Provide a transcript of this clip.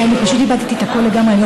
כי פשוט איבדתי את הקול לגמרי,